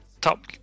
top